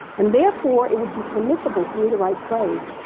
and therefore, it would be permissible for me to write plays,